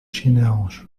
chinelos